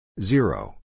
Zero